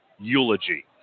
eulogy